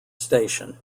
station